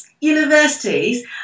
universities